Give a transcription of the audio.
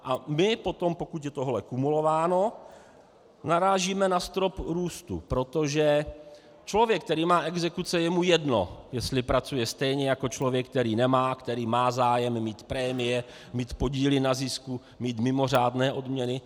A my potom, pokud je tohle kumulováno, narážíme na strop růstu, protože člověku, který má exekuce, je jedno, jestli pracuje stejně jako člověk, který nemá, který má zájem mít prémie, mít podíly na zisku, mít mimořádné odměny.